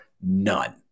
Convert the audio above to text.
none